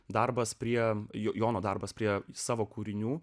darbas prie jono darbas prie savo kūrinių